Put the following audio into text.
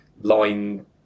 line